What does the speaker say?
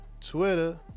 Twitter